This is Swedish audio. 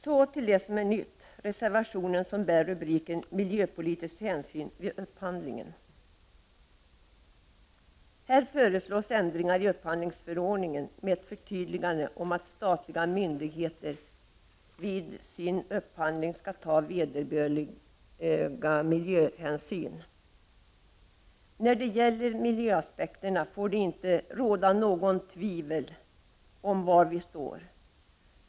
Så till det som är nytt i betänkandet, dvs. reservationen som bär rubriken Miljöpolitiska hänsyn vid upphandling. Här föreslås ändringar i upphandlingsförordningen på så sätt att statliga myndigheter vid sin upphandling skall ta vederbörliga miljöhänsyn. Vad gäller miljöaspekterna får det inte råda något tvivel om var vi står.